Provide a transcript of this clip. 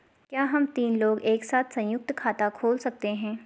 क्या हम तीन लोग एक साथ सयुंक्त खाता खोल सकते हैं?